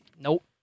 Nope